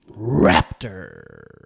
Raptor